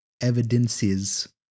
evidences